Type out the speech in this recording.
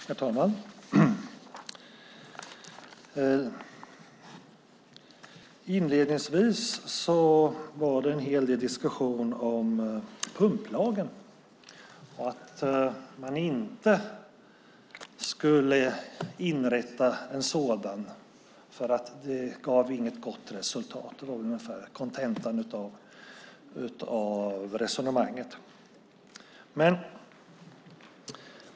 Herr talman! Inledningsvis var det en hel del diskuterande om pumplagen och om att en sådan inte skulle införas därför att den inte skulle ge ett gott resultat. Det är väl kontentan av det resonemanget.